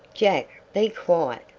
jack! be quiet!